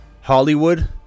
Hollywood